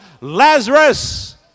Lazarus